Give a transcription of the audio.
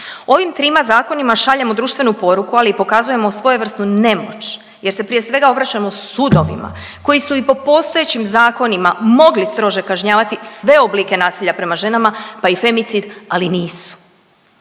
Ovim trima zakonima šaljemo društvenu poruku, ali i pokazujemo svojevrsnu nemoć jer se prije svega obraćamo sudovima koji su i po postojećim zakonima mogli strože kažnjavati sve oblike nasilja prema ženama, pa i femicid, ali nisu.